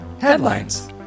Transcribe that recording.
Headlines